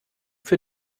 für